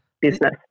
business